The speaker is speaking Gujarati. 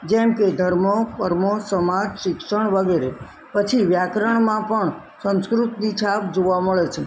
જેમ કે ધર્મ પરમાણ સમાજ શિક્ષણ વગેરે પછી વ્યાકરણમાં પણ સંસ્કૃતની છાપ જોવા મળે છે